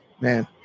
Man